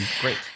great